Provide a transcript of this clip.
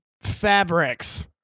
fabrics